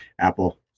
Apple